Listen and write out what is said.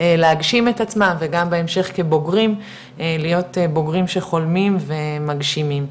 להגשים את עצמם וגם בהמשך כבוגרים להיות בוגרים שחולמים ומגשימים.